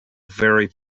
very